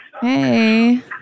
Hey